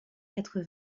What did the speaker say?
quatre